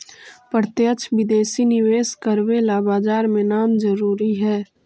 प्रत्यक्ष विदेशी निवेश करवे ला बाजार में नाम जरूरी है